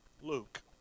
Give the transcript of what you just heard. Luke